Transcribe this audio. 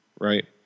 right